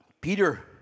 Peter